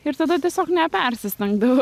ir tada tiesiog nepersistengdavau